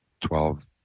Twelve